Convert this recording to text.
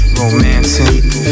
romancing